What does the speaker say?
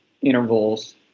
intervals